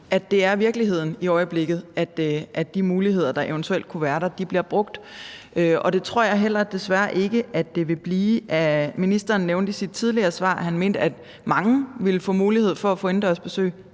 at det er virkeligheden i øjeblikket, at de muligheder, der eventuelt kunne være der, bliver brugt, og det tror jeg desværre heller ikke at det vil blive. Ministeren nævnte i sit tidligere svar, at han mente, at mange ville få mulighed for at få indendørs besøg.